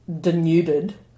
denuded